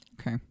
Okay